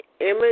Image